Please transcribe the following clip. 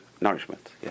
nourishment